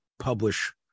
Publish